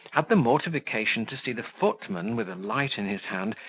had the mortification to see the footman, with a light in his hand,